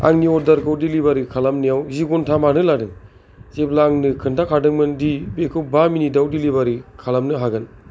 आंनि अर्डारखौ डेलिबारि खालामनायाव जि घन्टा मानो लादों जेब्ला आंनो खिन्थाखादोंमोन दि बेखौ बा मिनिटाव डेलिबारि खालामनो हागोन